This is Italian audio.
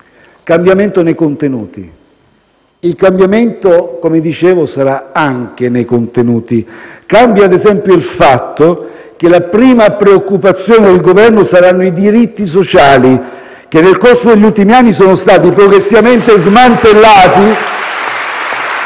Cambiamento nei contenuti. Il cambiamento - come dicevo - sarà anche nei contenuti. Cambia - ad esempio - il fatto che la prima preoccupazione del Governo saranno i diritti sociali che, nel corso degli ultimi anni, sono stati progressivamente smantellati